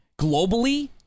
globally